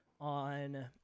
on